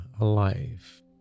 alive